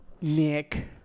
Nick